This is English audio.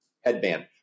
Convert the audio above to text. headband